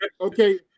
Okay